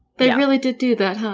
they really did do that, huh?